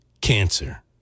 cancer